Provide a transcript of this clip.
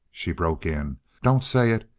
she broke in don't say it.